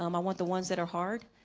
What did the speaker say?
um i want the ones that are hard.